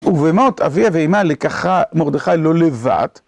ובמות אביה ואימה לקחה מרדכי לו לבת.